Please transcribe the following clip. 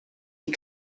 die